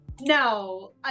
no